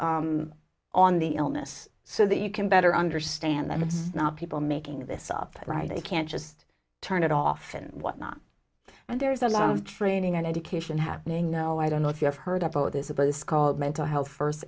books on the illness so that you can better understand that it's not people making this up right they can't just turn it off and whatnot and there's a lot of training and education happening now i don't know if you have heard about this at those called mental health first